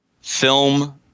film